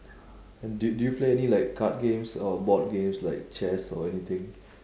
and do do you play any like card games or board games like chess or anything